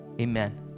Amen